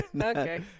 Okay